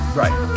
right